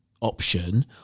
option